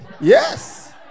Yes